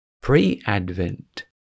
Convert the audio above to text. Pre-advent